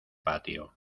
patio